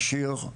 עשיר,